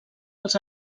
als